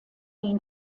den